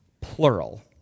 plural